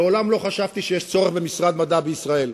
מעולם לא חשבתי שיש צורך במשרד מדע בישראל.